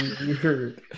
Weird